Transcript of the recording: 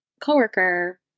coworker